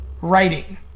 writing